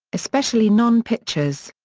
especially non-pitchers.